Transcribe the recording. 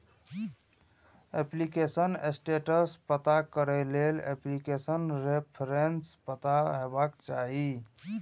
application status पता करै लेल एप्लीकेशन रेफरेंस पता हेबाक चाही